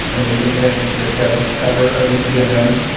amazing panic at the disco cover of into the unknown.